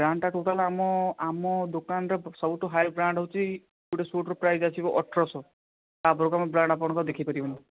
brand ଟା total ଆମ ଆମ ଦୋକାନରେ ସବୁଠୁ ହାଇ ବ୍ରାଣ୍ଡ୍ ହେଉଛି ଗୋଟେ ସୁଟ୍ର ପ୍ରାଇସ୍ ଆସିବ ଅଠରଶହ ତା ଉପରକୁ ଆମେ ଆଉ ବ୍ରାଣ୍ଡ୍ ଦେଖେଇ ପାରିବୁନି